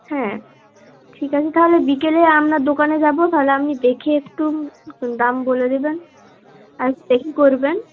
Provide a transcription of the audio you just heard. হ্যাঁ ঠিক আছে তাহলে বিকেলে আপনার দোকানে যাব তাহলে আপনি দেখে একটু দাম বলে দেবেন আর দেখে করবেন